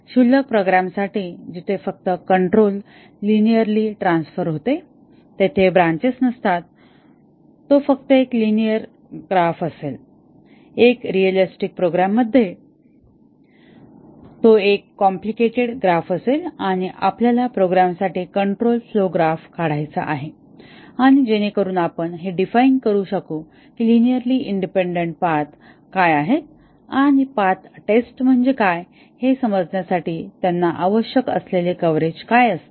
क्षुल्लक प्रोग्रामसाठी जिथे फक्त कंट्रोल लिनिअरली ट्रान्सफर होते तेथे ब्रॅंचेस नसतात तो फक्त एक लिनिअरली ग्राफ असेल तर रिऍलिस्टिक प्रोग्राममध्ये तो एक कॉम्प्लिकेटेड ग्राफ असेल आणि आपल्याला प्रोग्रामसाठी कंट्रोल फ्लोव ग्राफ काढायचा आहे जेणेकरुन आपण हे डिफाइन करू शकू की लिनिअरली इंडिपेंडन्ट पाथ काय आहेत आणि पाथ टेस्ट म्हणजे काय हे समजण्यासाठी त्यांना आवश्यक असलेले कव्हरेज काय असते